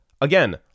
again